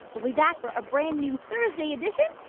we'll be back for a brand-new thursday edition.